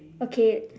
okay